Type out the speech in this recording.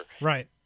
Right